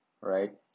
right